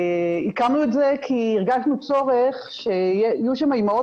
הקמנו את זה כי הרגשנו צורך שיהיו שם אימהות